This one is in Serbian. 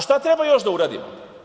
Šta treba još da uradimo?